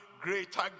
greater